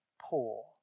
poor